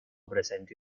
presenti